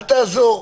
אל תעזור.